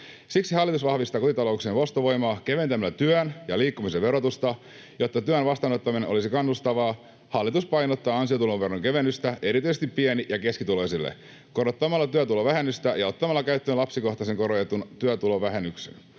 Siksi hallitus vahvistaa kotitalouksien ostovoimaa keventämällä työn ja liikkumisen verotusta. Jotta työn vastaanottaminen olisi kannustavaa, hallitus painottaa ansiotuloveron kevennystä erityisesti pieni- ja keskituloisille korottamalla työtulovähennystä ja ottamalla käyttöön lapsikohtaisen korotetun työtulovähennyksen.